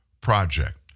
Project